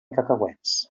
cacauets